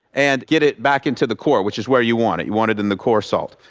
and get it back into the core, which is where you want it you want it in the core salt.